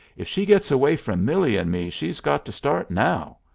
if she gets away from millie and me she's got to start now.